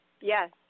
Yes